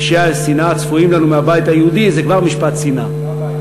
"פשעי השנאה הצפויים לנו מהבית היהודי" זה כבר משפט שנאה.